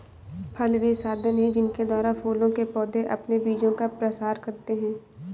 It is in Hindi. फल वे साधन हैं जिनके द्वारा फूलों के पौधे अपने बीजों का प्रसार करते हैं